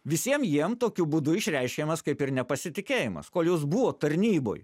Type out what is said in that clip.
visiem jiem tokiu būdu išreiškiamas kaip ir nepasitikėjimas kol jūs buvo tarnyboje